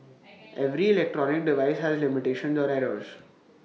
every electronic device has limitations or errors